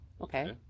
okay